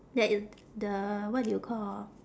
there is the what do you call